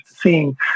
seeing